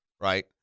right